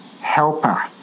helper